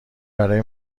برای